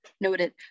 noted